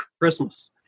Christmas